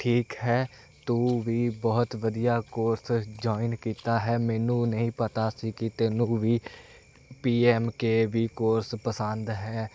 ਠੀਕ ਹੈ ਤੂੰ ਵੀ ਬਹੁਤ ਵਧੀਆ ਕੋਰਸ ਜੁਆਇਨ ਕੀਤਾ ਹੈ ਮੈਨੂੰ ਨਹੀਂ ਪਤਾ ਸੀ ਕਿ ਤੈਨੂੰ ਵੀ P M K V course ਪਸੰਦ ਹੈ